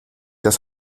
das